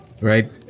right